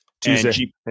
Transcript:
Tuesday